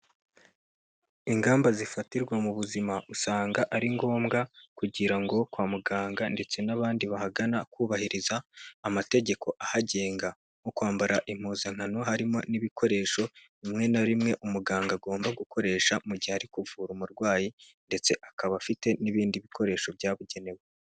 ingamba zifatirwa mu buzima usanga ari ngombwa kugira ngo kwa muganga ndetse n'abandi bahagana kubahiriza amategeko ahagenga nko kwambara impuzankano harimo n'ibikoresho rimwe na bi rimwe umuganga agomba gukoresha mu gihe ari kuvura umurwayi ndetse akaba afite n'ibindi bikoresho byabugenewe